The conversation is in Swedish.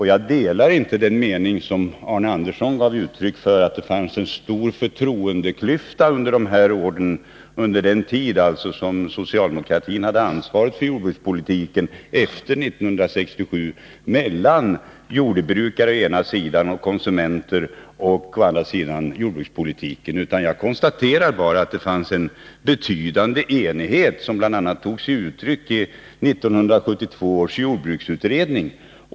Jag delar inte den mening som Arne Andersson i Ljung gav uttryck för, att det fanns en stor förtroendeklyfta under den tid socialdemokraterna hade ansvaret för jordbrukspolitiken efter 1967 mellan å ena sidan jordbrukare och konsumenter och å andra sidan jordbrukspolitiken. Jag konstaterar bara att det fanns en betydande enighet, som bl.a. tog sig uttryck i 1972 års jordbruksutredning.